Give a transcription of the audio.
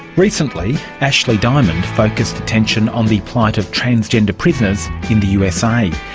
recently ashley diamond focused attention on the plight of transgender prisoners in the usa.